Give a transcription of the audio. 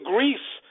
Greece